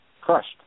crushed